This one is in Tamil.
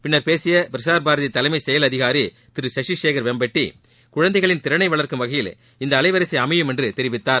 பின்னர் பேசிய பிரசார் பாரதி தலைமை செயல் அதிகாரி திரு சசி சேகர் வேம்பட்டி குழந்தைகளின் திறனை வளர்க்கும் வகையில் இந்த அலைவரிசை அமையும் என்று தெரிவித்தார்